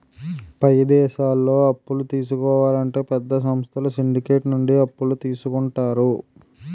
పై దేశాల్లో అప్పులు తీసుకోవాలంటే పెద్ద సంస్థలు సిండికేట్ నుండి అప్పులు తీసుకుంటారు